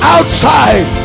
Outside